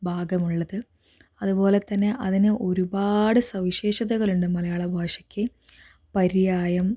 ഭാഗമുള്ളത് അതുപോലെതന്നെ അതിന് ഒരുപാട് സവിശേഷതകളുണ്ട് മലയാള ഭാഷയ്ക്ക് പര്യായം